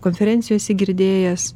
konferencijose girdėjęs